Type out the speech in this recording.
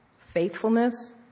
faithfulness